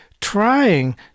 trying